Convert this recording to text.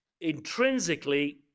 intrinsically